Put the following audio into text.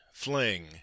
Fling